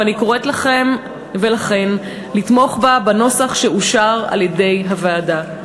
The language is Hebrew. ואני קוראת לכן ולכם לתמוך בה בנוסח שאושר על-ידי הוועדה.